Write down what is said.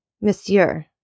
Monsieur